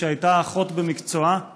שהייתה אחות במקצועה,